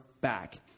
back